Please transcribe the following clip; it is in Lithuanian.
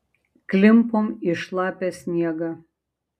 klimpom į šlapią sniegą